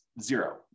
zero